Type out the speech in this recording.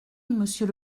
monsieur